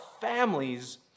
families